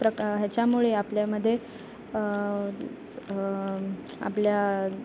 प्रका ह्याच्यामुळे आपल्यामध्ये आपल्या